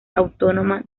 autónoma